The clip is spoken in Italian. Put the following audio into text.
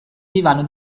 divano